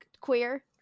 queer